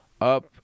up